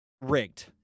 rigged